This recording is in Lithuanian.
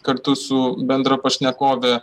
kartu su bendra pašnekove